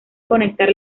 conectar